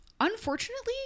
Unfortunately